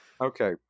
Okay